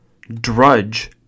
Drudge